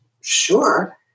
sure